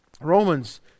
Romans